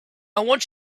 want